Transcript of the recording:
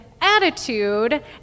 attitude